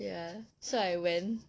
ya so I went